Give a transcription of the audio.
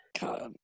god